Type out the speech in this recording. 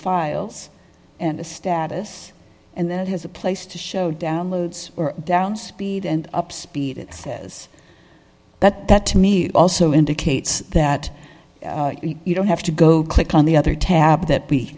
files and a status and then it has a place to show downloads down speed and up speed it says that that to me also indicates that you don't have to go click on the other tab that be